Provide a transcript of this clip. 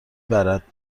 برد